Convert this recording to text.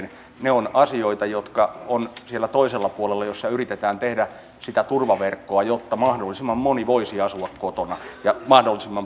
ne ovat asioita jotka ovat siellä toisella puolella missä yritetään tehdä sitä turvaverkkoa jotta mahdollisimman moni voisi asua kotona ja mahdollisimman pitkään